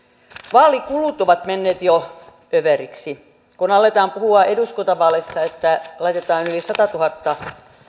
vaalikulut ovat menneet jo överiksi kun aletaan puhua eduskuntavaaleissa että laitetaan yli satatuhatta